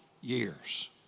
years